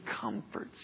comforts